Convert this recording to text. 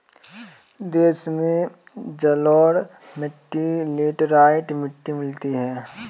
देश में जलोढ़ मिट्टी लेटराइट मिट्टी मिलती है